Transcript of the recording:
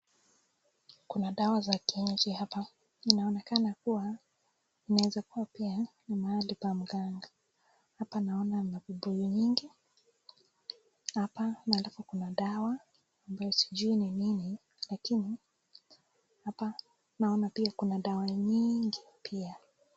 Kuna dawa za kienyeji hapa inaonekana kuwa inaweza kuwa pia mahali pa mganga. Hapa naona mavibuyu nyingi hapa alafu kuna dawa na sijui ni nini lakini hapa naona pia kuna dawa nyingi pia.